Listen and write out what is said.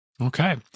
Okay